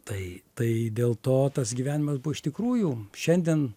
tai tai dėl to tas gyvenimas buvo iš tikrųjų šiandien